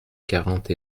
quarante